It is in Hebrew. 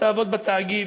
תעבוד בתאגיד.